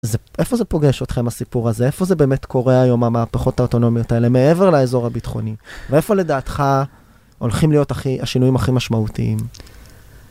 איפה זה פוגש אתכם הסיפור הזה? איפה זה באמת קורה היום המהפכות הארטונומיות האלה? מעבר לאזור הביטחוני? ואיפה לדעתך הולכים להיות השינויים הכי משמעותיים?